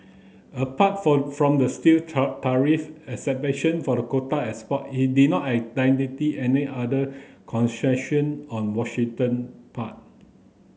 apart for from the steel tariff exemption for the quota export he did not identity any other concession on Washington part